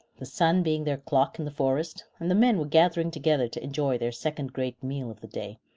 the sun being their clock in the forest and the men were gathering together to enjoy their second great meal of the day,